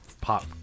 Pop